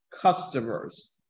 customers